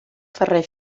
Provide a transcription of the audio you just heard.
ferrer